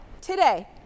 today